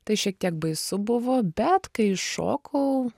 tai šiek tiek baisu buvo bet kai iššokau